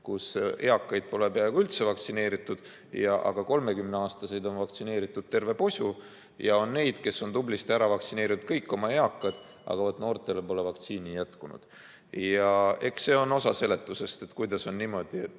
kus eakaid pole peaaegu üldse vaktsineeritud, aga 30-aastaseid on vaktsineeritud terve posu, ja on neid, kes on tublisti ära vaktsineerinud kõik oma eakad, aga vaat noortele pole vaktsiini jätkunud. Eks see on osa seletusest, et kuidas on niimoodi, et